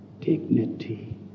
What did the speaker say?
dignity